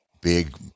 Big